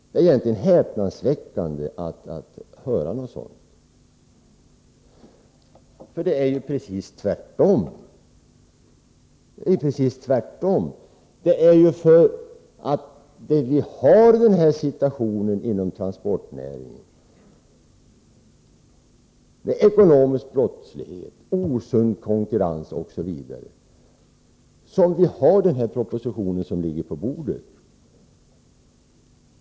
Det är egentligen häpnadsväckande att höra någonting sådant, för det förhåller sig precis tvärtom. Det är ju därför att en sådan situation råder inom transportnäringen — med ekonomisk brottslighet, osund konkurrens osv. — vi har propositionen på bordet.